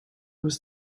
was